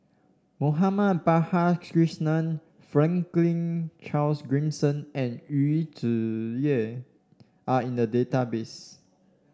Balakrishnan Franklin Charles Gimson and Yu Zhuye are in the database